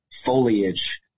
foliage